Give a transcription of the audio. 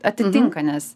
atitinka nes